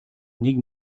нэг